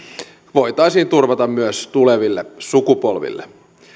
voitaisiin turvata myös tuleville sukupolville